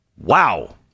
Wow